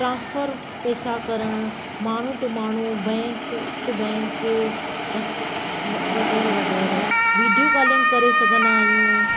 transfer पैसा करणु माण्हूं टू माण्हूं बैंक टू बैंक ऐक्स वग़ैरह वग़ैरह विडियो कॉलिग करे सघंदा आहियूं